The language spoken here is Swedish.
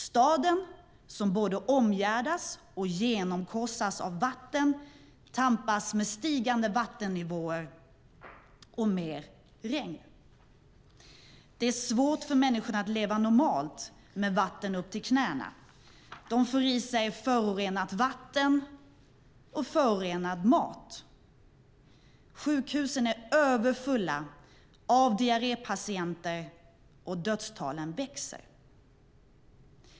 Staden, som både omgärdas och genomkorsas av vatten, tampas med stigande vattennivåer och mer regn. Det är svårt för människorna att leva normalt med vatten upp till knäna. De får i sig förorenat vatten och förorenad mat. Sjukhusen är överfulla av diarrépatienter, och dödstalen stiger.